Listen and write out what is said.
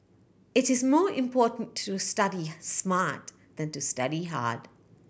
it is more important to study smart than to study hard